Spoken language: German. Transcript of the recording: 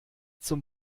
zum